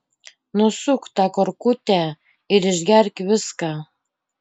nusuk tą korkutę ir išgerk viską